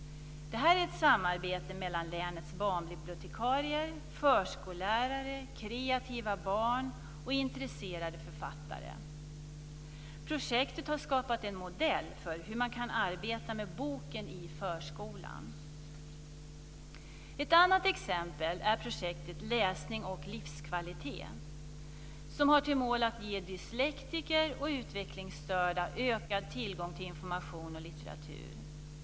Det här är ett samarbete mellan länets barnbibliotekarier, förskollärare, kreativa barn och intresserade författare. Projektet har skapat en modell för hur man kan arbeta med boken i förskolan. Ett annat exempel är projektet Läsning och Livskvalitet, som har till mål att ge dyslektiker och utvecklingsstörda ökad tillgång till information och litteratur.